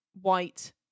white